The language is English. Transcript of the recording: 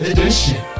Edition